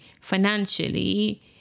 financially